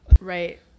Right